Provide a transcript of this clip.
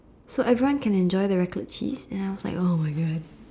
so everyone can enjoy the Raclette cheese and I was like !oh-my-God!